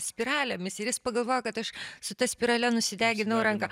spiralėmis ir jis pagalvojo kad aš su ta spirale nusideginau ranką